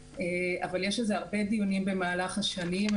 יש הרבה דיונים בנושא זה במהלך השנים.